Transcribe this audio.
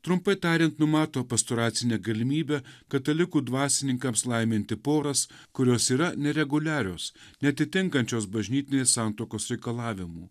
trumpai tarian numato pastoracinę galimybę katalikų dvasininkams laiminti poras kurios yra nereguliarios neatitinkančios bažnytinės santuokos reikalavimų